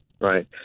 Right